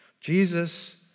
Jesus